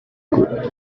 good